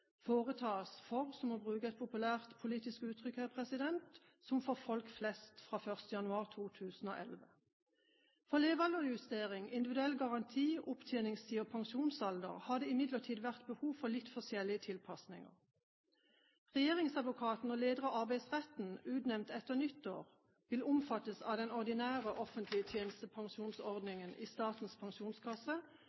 foretas – for å bruke et populært politisk uttrykk her – som for folk flest fra 1. januar 2011. For levealdersjustering, individuell garanti, opptjeningstid og pensjonsalder har det imidlertid vært behov for litt forskjellige tilpasninger. Regjeringsadvokaten og leder av Arbeidsretten – utnevnt etter nyttår – vil omfattes av den ordinære offentlige